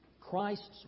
Christ's